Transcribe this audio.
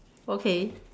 okay